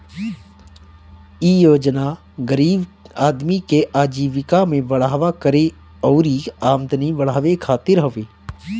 इ योजना गरीब आदमी के आजीविका में बढ़ावा करे अउरी आमदनी बढ़ावे खातिर हवे